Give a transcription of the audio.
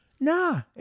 nah